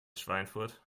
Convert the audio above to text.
schweinfurt